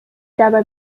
dabei